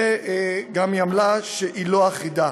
והיא גם עמלה לא אחידה.